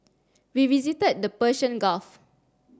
we visited the Persian Gulf